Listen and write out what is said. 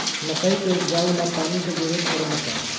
मकई के उपजाव ला पानी के जरूरत परेला का?